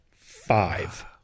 Five